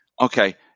okay